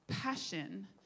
Passion